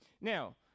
Now